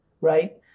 Right